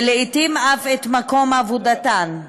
ולעתים אף את מקום עבודתן.